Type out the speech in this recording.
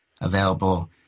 available